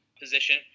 position